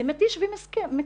זה מתיש ומתסכל.